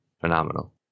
Phenomenal